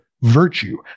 virtue